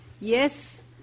Yes